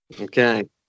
Okay